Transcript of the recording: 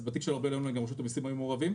בתיק של ארבל אלוני גם רשות המיסים הייתה מעורבת,